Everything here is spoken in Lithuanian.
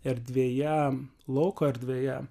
erdvėje lauko erdvėje